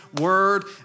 word